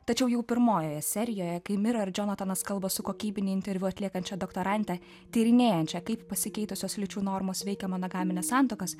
tačiau jau pirmojoje serijoje kai mira ir džonatanas kalba su kokybine interviu atliekančia doktorante tyrinėjančia kaip pasikeitusios lyčių normos veikia monogaminės santuokos